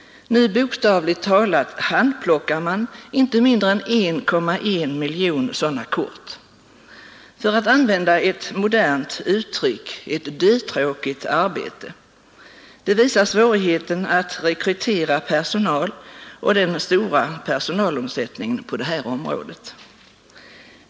Nu bokstavligt talat handplockar man inte mindre än 1,1 miljon sådana kort, ett för att använda ett modernt uttryck dödtråkigt arbete. Det framgår av svårigheten att rekrytera personal och den stora personalomsättningen på det här området.